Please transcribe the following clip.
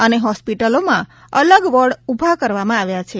અને હોસ્પીટલોમાં અલગ વોર્ડ ઉભા કરવામાં આવ્યા છે